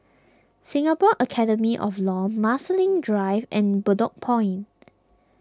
Singapore Academy of Law Marsiling Drive and Bedok Point